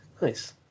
Nice